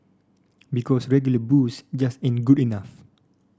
because regular booze just ain't good enough